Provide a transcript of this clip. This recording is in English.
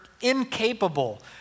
incapable